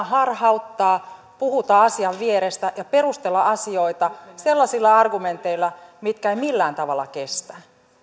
harhauttaa puhutaan asian vierestä ja perustellaan asioita sellaisilla argumenteilla mitkä eivät millään tavalla kestä